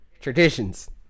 Traditions